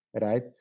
right